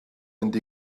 mynd